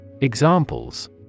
Examples